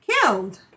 killed